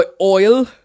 Oil